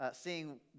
seeing